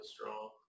strong